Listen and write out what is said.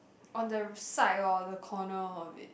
on the side or the corner of it